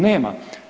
Nema.